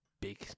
big